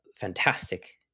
fantastic